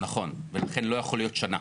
נכון, ולכן לא יכול להיות שנה.